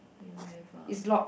you have uh